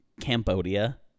Cambodia